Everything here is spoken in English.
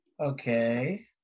Okay